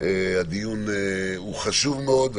הדיון הוא חשוב מאוד.